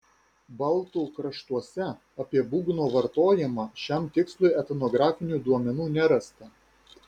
baltų kraštuose apie būgno vartojimą šiam tikslui etnografinių duomenų nerasta